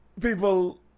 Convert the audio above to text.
people